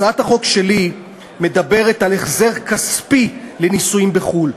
הצעת החוק שלי מדברת על החזר כספי על נישואים בחו"ל.